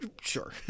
sure